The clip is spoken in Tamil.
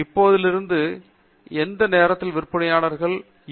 இப்போதிலிருந்து எந்த நேரத்திலும் விற்பனையாளர்களால் யூ